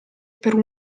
per